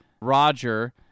Roger